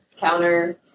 counter